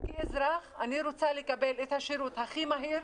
כאזרח אני רוצה לקבל את השירות הכי מהיר,